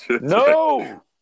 no